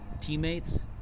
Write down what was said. teammates